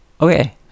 okay